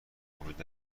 امید